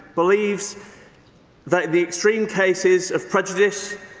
believes that the extreme cases of prejudice,